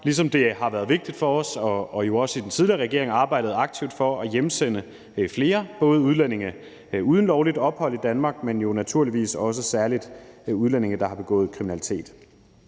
ligesom det har været vigtigt for os, og jo også var det i den tidligere regering, at arbejde aktivt for at hjemsende flere både udlændinge uden lovligt ophold i Danmark, men jo naturligvis også særligt udlændinge, der har begået kriminalitet.